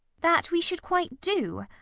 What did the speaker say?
that we should quite do?